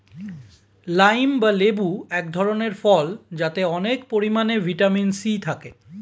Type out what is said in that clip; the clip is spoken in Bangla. লাইম বা লেবু এক ধরনের ফল যাতে অনেক পরিমাণে ভিটামিন সি থাকে